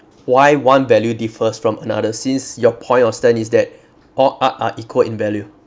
why one value differs from another since your point of stand is that all art are equal in value